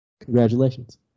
Congratulations